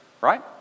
right